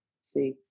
see